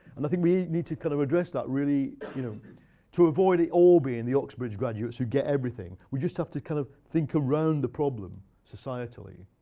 and i think we need to kind of address that really you know to avoid it all being the oxbridge graduates who get everything. we just have to kind of think around the problem societally.